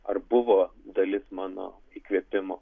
ar buvo dalis mano įkvėpimo